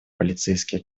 полицейские